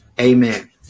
Amen